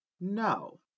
No